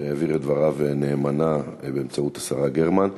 שהעביר את דבריו נאמנה באמצעות השרה גרמן.